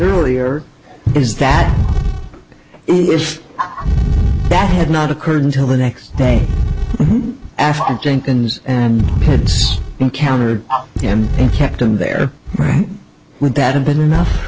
earlier is that if that had not occurred until the next day after jenkins and peds encountered him and kept him there with that had been enough